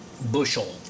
Bushel